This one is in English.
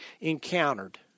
encountered